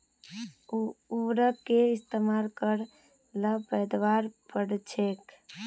उर्वरकेर इस्तेमाल कर ल पैदावार बढ़छेक